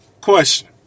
question